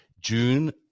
June